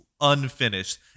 unfinished